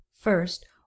First